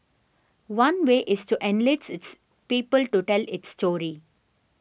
one way is to enlist its people to tell its story